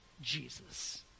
Jesus